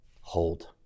Hold